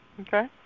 Okay